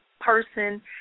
person